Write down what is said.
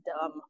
dumb